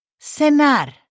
cenar